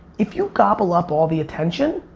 if you gobble up all the attention,